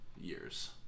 years